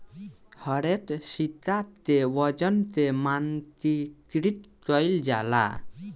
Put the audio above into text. हरेक सिक्का के वजन के मानकीकृत कईल जाला